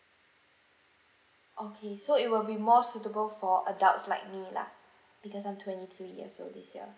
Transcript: okay so it will be more suitable for adults like me lah because I'm twenty three years old this year